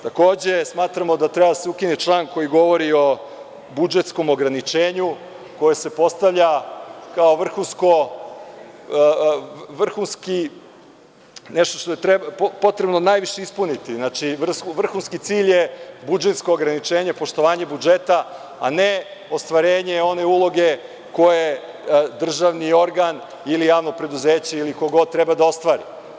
Takođe, smatramo da treba da se ukine član koji govori o budžetskom ograničenju koje se postavlja kao nešto što je potrebno ispuniti, vrhunski cilj je budžetsko ograničenje, poštovanje budžeta, a ne ostvarenje one uloge koju državni organ ili javno preduzeće treba da ostvari.